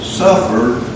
suffered